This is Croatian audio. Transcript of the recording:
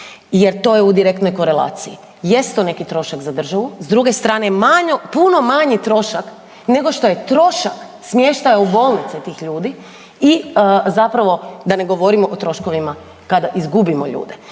jer to je u direktnoj korelaciji. Jest to neki trošak za državi, s druge strane, manji, puno manji trošak nego što je trošak smještaja u bolnici tih ljudi i zapravo da ne govorimo o troškovima kada izgubimo ljude.